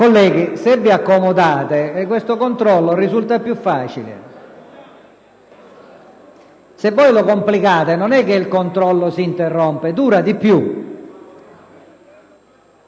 Colleghi, se vi accomodate questo controllo risulta più facile. Se lo complicate, non è che il controllo si interrompe: dura di più.